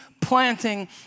planting